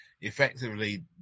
effectively